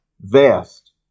Vast